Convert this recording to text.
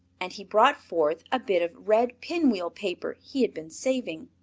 and he brought forth a bit of red pin-wheel paper he had been saving.